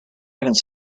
haven’t